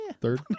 Third